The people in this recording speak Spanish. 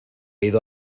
ido